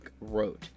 wrote